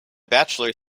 bachelor